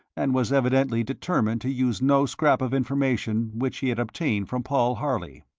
and was evidently determined to use no scrap of information which he had obtained from paul harley.